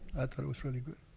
thought it was really good.